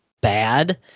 bad